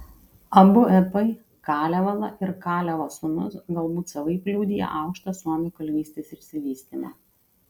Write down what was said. abu epai kalevala ir kalevo sūnus galbūt savaip liudija aukštą suomių kalvystės išsivystymą